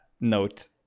note